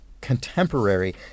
contemporary